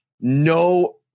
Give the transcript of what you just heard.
no